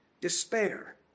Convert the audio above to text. Despair